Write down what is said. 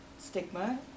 stigma